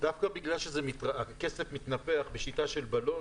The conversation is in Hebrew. דווקא בגלל שהכסף מתנפח בשיטה של בלון,